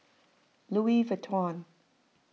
Louis Vuitton